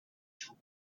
tools